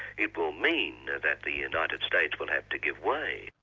it will mean that the united states will have to give way.